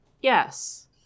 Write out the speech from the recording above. Yes